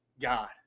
God